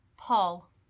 Paul